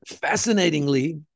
Fascinatingly